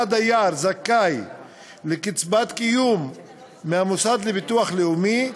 היה הדייר זכאי לקצבת קיום מהמוסד לביטוח לאומי,